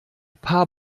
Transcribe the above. paar